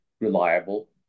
reliable